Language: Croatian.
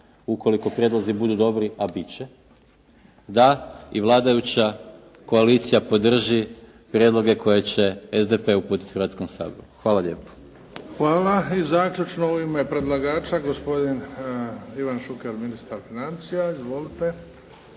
ukoliko prijedlozi budu dobri, a biti će da i vladajuća koalicija podrži prijedloge koje će SDP uputiti Hrvatskom saboru. Hvala lijepo. **Bebić, Luka (HDZ)** Hvala. I zaključno u ime predlagača, gospodin Ivan Šuker, ministar financija. Izvolite.